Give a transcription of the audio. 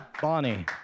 Bonnie